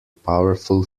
powerful